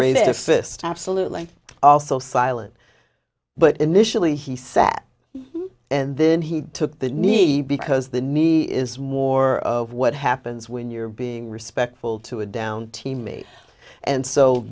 raise their fist absolutely also silent but initially he sat and then he took the knee because the knee is more of what happens when you're being respectful to a downed teammate and so